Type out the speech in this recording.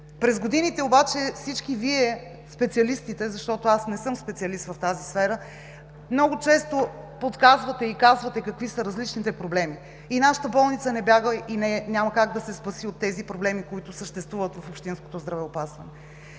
През годините обаче всички Вие, специалистите, защото аз не съм специалист в тази сфера, много често подсказвате и казвате какви са различните проблеми. Нашата болница не бяга и няма как да се спаси от тези проблеми, които съществуват в общинското здравеопазване.